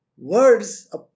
Words